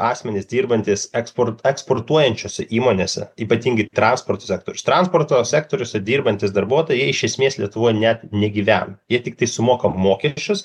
asmenys dirbantys ekspor eksportuojančiose įmonėse ypatingai transporto sektorius transporto sektoriuose dirbantys darbuotojai jie iš esmės lietuvoj net negyvena jie tiktai sumoka mokesčius